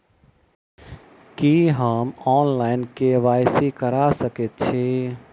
की हम online, KYC करा सकैत छी?